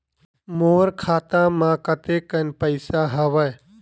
मोर खाता म कतेकन पईसा हवय?